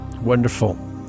Wonderful